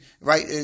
right